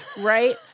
Right